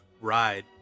ride